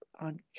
on